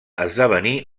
esdevenir